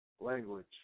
language